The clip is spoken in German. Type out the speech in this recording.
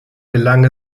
gelang